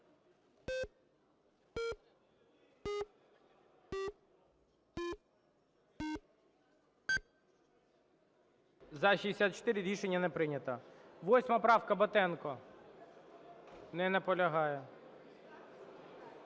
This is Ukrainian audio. За-64 Рішення не прийнято. 8 правка, Батенко. Не наполягає.